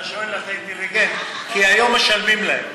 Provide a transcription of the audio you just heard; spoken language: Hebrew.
אתה שואל, אתה אינטליגנט, כי היום משלמים להם.